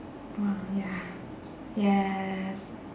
!wah! ya yes